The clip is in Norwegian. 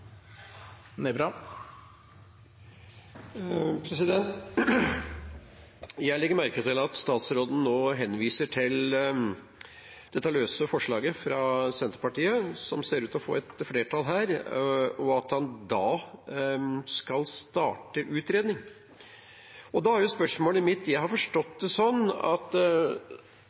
Jeg legger merke til at statsråden nå henviser til det løse forslaget fra Senterpartiet, som ser ut til å få flertall her, og at han da skal starte en utredning. Da er spørsmålet mitt: Jeg har forstått det sånn at